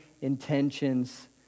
intentions